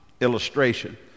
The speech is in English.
Illustration